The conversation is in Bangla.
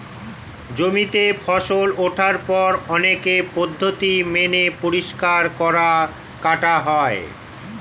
জমিতে ফসল ওঠার পর অনেক পদ্ধতি মেনে পরিষ্কার করা, কাটা হয়